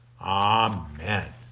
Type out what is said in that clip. Amen